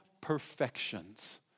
perfections